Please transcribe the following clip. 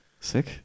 Sick